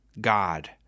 God